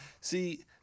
See